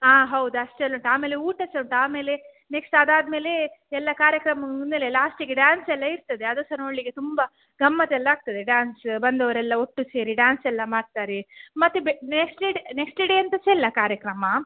ಹಾಂ ಹೌದು ಅಷ್ಟೆಲ್ಲಾ ಉಂಟು ಆಮೇಲೆ ಊಟ ಸಹ ಉಂಟು ಅಮೇಲೆ ನೆಕ್ಸ್ಟ್ ಅದಾದಮೇಲೆ ಎಲ್ಲಾ ಕಾರ್ಯಕ್ರಮ ಮುಗಿದಮೇಲೆ ಲಾಸ್ಟ್ಗೆ ಡ್ಯಾನ್ಸ್ಯೆಲ್ಲಾ ಇರ್ತದೆ ಅದು ಸಹ ನೋಡಲಿಕ್ಕೆ ತುಂಬಾ ಗಮ್ಮತ್ತೆಲ್ಲಾ ಆಗ್ತದೆ ಡಾನ್ಸ್ ಬಂದವರೆಲ್ಲಾ ಒಟ್ಟು ಸೇರಿ ಡ್ಯಾನ್ಸ್ಯೆಲ್ಲಾ ಮಾಡ್ತಾರೆ ಮತ್ತು ಬೆ ನೆಕ್ಸ್ಟ್ ಡೇ ನೆಕ್ಸ್ಟ್ ಡೇ ಎಂತ ಸಹ ಇಲ್ಲ ಕಾರ್ಯಕ್ರಮ